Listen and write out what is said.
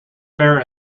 fare